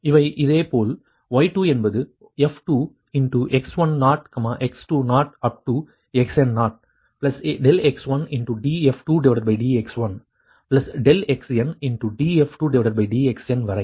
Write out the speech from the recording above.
எனவே இதேபோல் y2 என்பது f2x10 x20up to xn0 ∆x1df2dx1 ∆xn df2dxn வரை